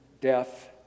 death